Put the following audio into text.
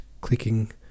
clicking